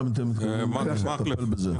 איך אתם מתכוונים לטפל בזה?